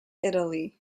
italy